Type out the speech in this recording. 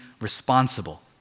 responsible